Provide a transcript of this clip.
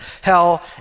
hell